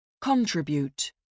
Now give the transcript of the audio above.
Contribute